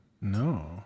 No